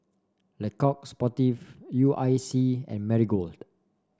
Le Coq Sportif U I C and Marigold